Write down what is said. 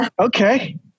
okay